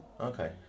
Okay